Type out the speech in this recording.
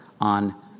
on